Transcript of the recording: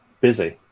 busy